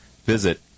visit